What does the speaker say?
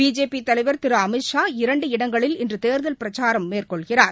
பிஜேபிதலைவர் திருஅமித் ஷா இரண்டு இடங்களில் இன்றுதேர்தல் பிரச்சாரம் மேற்கொள்கிறார்